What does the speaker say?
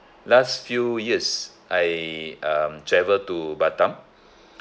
last few years I um travel to batam